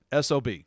SOB